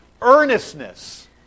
earnestness